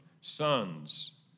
sons